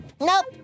Nope